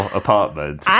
apartment